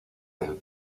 del